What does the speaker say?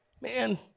man